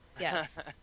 Yes